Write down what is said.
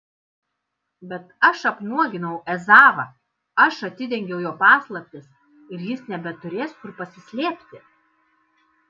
bet aš apnuoginau ezavą aš atidengiau jo paslaptis ir jis nebeturės kur pasislėpti